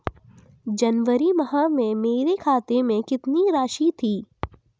जनवरी माह में मेरे खाते में कितनी राशि थी?